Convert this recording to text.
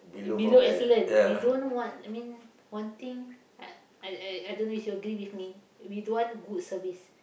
below excellent we don't want I mean one thing I I I I don't know if you agree with me we don't want good service